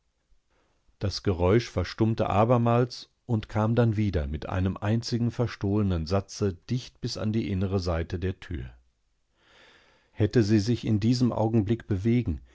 das geräusch verstummte abermals und kam dann wieder mit einem einzigen verstohlenen satze dicht bis an die innere seite der tür hätte sie sich in diesem augenblick bewegen